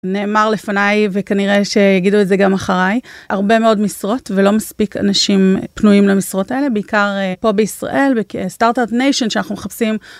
נאמר לפניי, וכנראה ש...יגידו את זה גם אחריי. הרבה מאוד משרות, ולא מספיק אנשים... פנויים למשרות האלה בעיקר אה... פה בישראל, וכ- start up nation, שאנחנו מחפשים